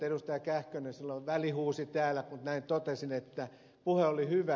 kähkönen silloin välihuusi täällä kun näin totesin että puhe oli hyvä